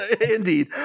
Indeed